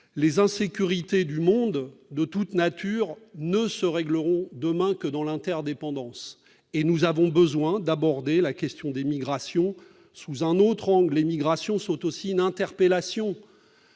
Les insécurités du monde, de toute nature, ne se régleront demain que dans l'interdépendance. Et nous avons besoin d'aborder la question des migrations sous un autre angle. Les migrations sont aussi une interpellation,